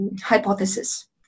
hypothesis